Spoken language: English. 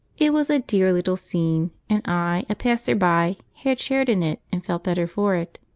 it was a dear little scene, and i, a passer-by, had shared in it and felt better for it.